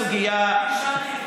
לגבי הסוגיה,